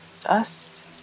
Dust